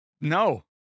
No